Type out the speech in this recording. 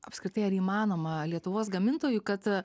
apskritai ar įmanoma lietuvos gamintojui kad